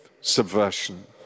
subversion